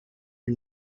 are